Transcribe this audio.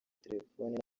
telefoni